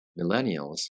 Millennials